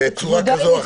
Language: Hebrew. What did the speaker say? אני